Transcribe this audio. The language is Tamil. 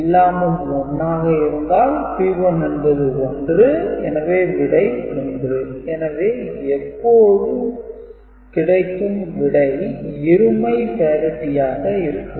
எல்லாமும் 1 ஆக இருந்தால் P1 என்பது 1 எனவே விடை 1 எனவே எப்போதும் கிடைக்கும் விடை இருமை parity ஆக இருக்கும்